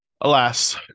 Alas